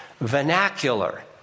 vernacular